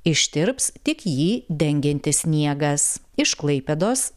ištirps tik jį dengiantis sniegas iš klaipėdos